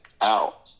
out